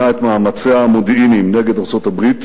את מאמציה המודיעיניים נגד ארצות-הברית,